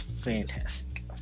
fantastic